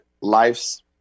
life's